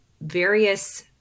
various